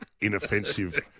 inoffensive